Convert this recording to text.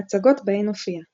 הצגות בהן הופיעה